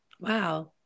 Wow